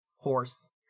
horse